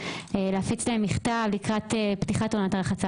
להפיץ את המכתב לקראת פתיחת עונת הרחצה.